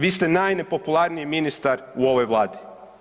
Vi ste najnepopularniji ministar u ovoj vladi.